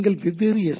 நீங்கள் வெவ்வேறு எஸ்